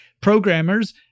programmers